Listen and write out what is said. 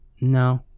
no